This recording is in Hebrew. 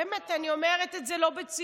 באמת, אני אומרת את זה לא בציניות.